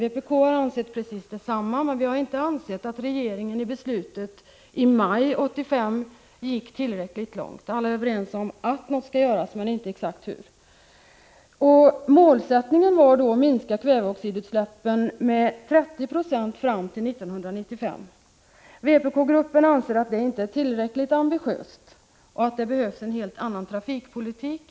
Vpk är av precis samma åsikt, men vi har inte ansett att regeringen genom beslutet i maj 1985 gick tillräckligt långt. Alla är överens om att något skall göras, men inte exakt hur det skall göras. Målsättningen var att minska kväveoxidutsläppen med 30 96 fram till 1995. Vpk-gruppen anser att detta inte är tillräckligt ambitiöst och att det behövs en annan trafikpolitik.